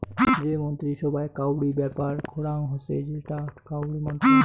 যে মন্ত্রী সভায় কাউরি ব্যাপার করাং হসে সেটা কাউরি মন্ত্রণালয়